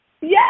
Yes